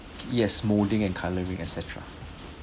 yes smoothing and colouring etcetera